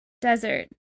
desert